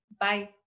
Bye